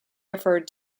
referred